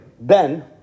Ben